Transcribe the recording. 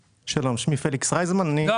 שלום, שמי פליקס רייזמן, אני